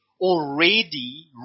already